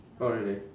orh really